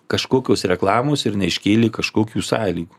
kažkokios reklamos ir neiškėlė kažkokių sąlygų